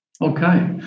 Okay